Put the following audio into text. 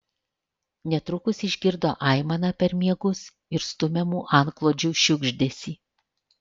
netrukus išgirdo aimaną per miegus ir stumiamų antklodžių šiugždesį